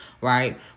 right